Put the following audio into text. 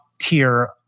tier